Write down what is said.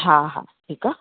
हा हा ठीकु आहे